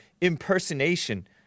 impersonation